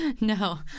no